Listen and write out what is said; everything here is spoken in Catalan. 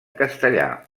castellà